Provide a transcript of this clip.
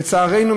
לצערנו,